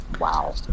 Wow